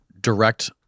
direct